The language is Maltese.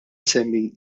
nsemmi